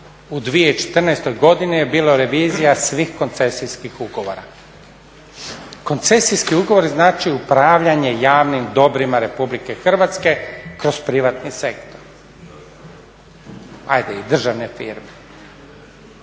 u 2014. godini je bilo revizija svih koncesijskih ugovara. Koncesijski ugovor znači upravljanje javnim dobrima Republike Hrvatske kroz privatni sektor, ajde i državne firme.